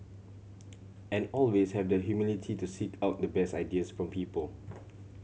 and always have the humility to seek out the best ideas from people